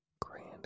grand